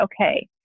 okay